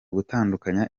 gutandukanya